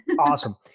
Awesome